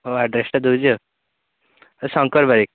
ହଉ ଆଡ଼୍ରେସ୍ଟା ଦେଉଛି ଆଉ ଶଙ୍କର ବାରିକ